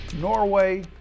Norway